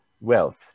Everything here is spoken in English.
wealth